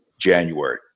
January